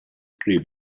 tree